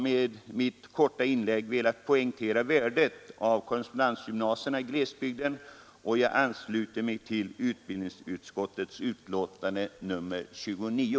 Med mitt korta inlägg har jag velat poängtera värdet av korrespondensgymnasierna i glesbygden, och jag ansluter mig till utbildningsutskottets betänkande nr 29.